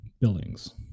buildings